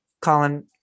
Colin